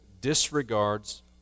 disregards